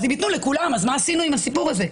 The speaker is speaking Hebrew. אז הם ייתנו לכולם, אז מה עשינו עם הסיפור הזה?